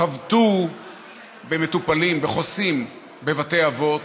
חבטו במטופלים, בחוסים בבתי אבות,